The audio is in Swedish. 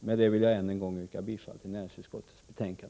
Med detta vill jag än en gång yrka bifall till näringsutskottets hemställan.